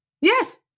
Yes